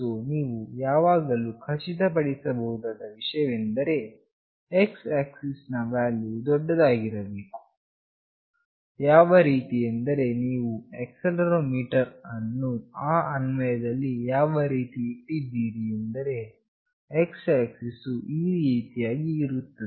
so ನೀವು ಯಾವಾಗಲು ಖಚಿತ ಪಡಿಸಬಹುದಾದ ವಿಷಯವೆಂದರೆ x ಆಕ್ಸಿಸ್ ನ ವ್ಯಾಲ್ಯೂ ವು ದೊಡ್ಡದಾಗಿರಬೇಕು ಯಾವ ರೀತಿ ಎಂದರೆ ನೀವು ಈ ಆಕ್ಸೆಲೆರೋಮೀಟರ್ ಅನ್ನು ಆ ಅನ್ವಯದಲ್ಲಿ ಯಾವ ರೀತಿ ಇಟ್ಟಿದ್ದೀರಿ ಎಂದರೆ x ಆಕ್ಸಿಸ್ ವು ಈ ರೀತಿಯಾಗಿ ಇರುತ್ತದೆ